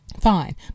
fine